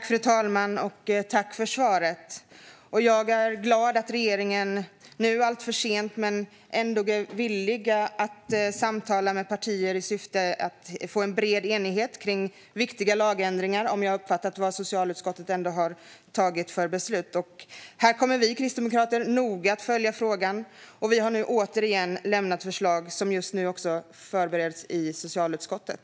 Fru talman! Jag vill tacka för svaret. Jag är glad att regeringen, alltför sent men ändå, är villig att samtala med andra partier i syfte att få en bred enighet om viktiga lagändringar. På det sättet har jag uppfattat de beslut som ändå har tagits i socialutskottet. Vi kristdemokrater kommer att noga följa frågan. Och vi har återigen lämnat förslag som just nu förbereds i socialutskottet.